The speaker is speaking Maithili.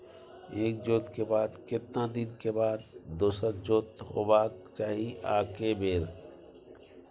एक जोत के बाद केतना दिन के बाद दोसर जोत होबाक चाही आ के बेर?